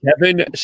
Kevin